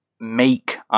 make